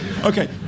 okay